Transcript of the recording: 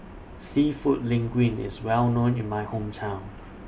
Seafood Linguine IS Well known in My Hometown